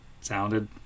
sounded